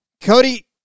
Cody